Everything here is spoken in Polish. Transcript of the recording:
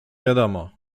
wiadomo